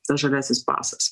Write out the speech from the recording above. tas žaliasis pasas